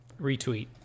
Retweet